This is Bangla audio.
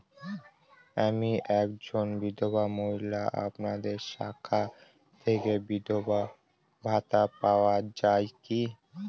আমি একজন বিধবা মহিলা আপনাদের শাখা থেকে বিধবা ভাতা পাওয়া যায় কি?